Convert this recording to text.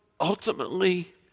ultimately